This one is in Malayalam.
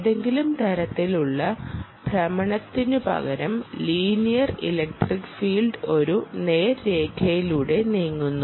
ഏതെങ്കിലും തരത്തിലുള്ള ഭ്രമണത്തിനുപകരം ലീനിയർ ഇലക്ട്രിക് ഫീൽഡ് ഒരു നേർരേഖയിലൂടെ നീങ്ങുന്നു